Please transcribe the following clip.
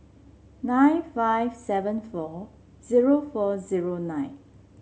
nine five seven four zero four zero nine